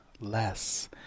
less